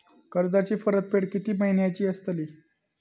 कर्जाची परतफेड कीती महिन्याची असतली?